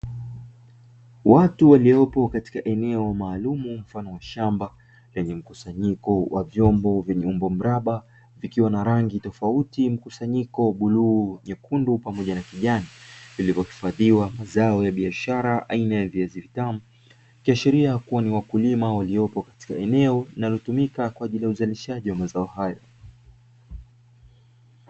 Watu waliopo katika eneo maalum mfano wa shamba lenye mkusanyiko wa vyombo vya mraba vikiwa na rangi tofauti, biashara aina ya viazi vitamu ikiashiria kuwa ni wakulima waliopo katika eneo hilo kwa ajili ya uzalishaji wa mazao hayo.